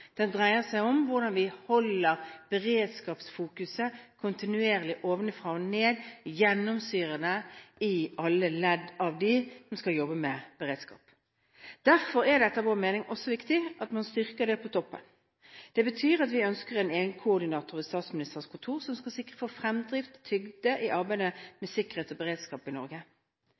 Den dreier seg om hvordan vi holder beredskapsfokuset – kontinuerlig, ovenfra og ned og gjennomsyrende i alle ledd av dem som skal jobbe med beredskap. Derfor er det etter vår mening også viktig at man styrker det på toppen. Det betyr at vi ønsker en egen koordinator ved Statsministerens kontor som skal sikre fremdrift og tyngde i arbeidet med sikkerhet og beredskap i Norge.